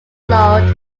lloyd